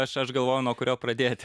aš aš galvoju nuo kurio pradėt